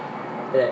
that